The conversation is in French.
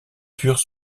pures